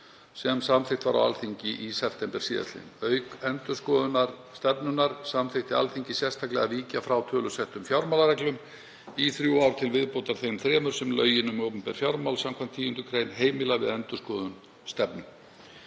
sem samþykkt var á Alþingi í september sl. Auk endurskoðaðrar stefnu samþykkti Alþingi sérstaklega að víkja frá tölusettum fjármálareglum í þrjú ár til viðbótar þeim þremur sem lögin um opinber fjármál samkvæmt 10. gr. heimila við endurskoðun stefnu.